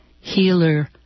Healer